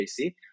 JC